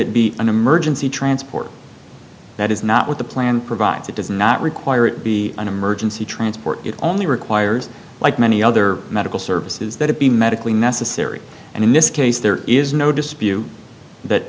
it be an emergency transport that is not what the plan provides it does not require it be an emergency transport it only requires like many other medical services that it be medically necessary and in this case there is no dispute that